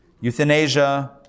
Euthanasia